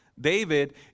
David